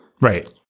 Right